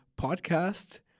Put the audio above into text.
podcast